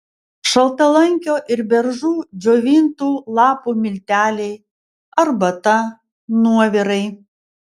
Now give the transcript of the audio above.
šaltalankio ir beržų džiovintų lapų milteliai arbata nuovirai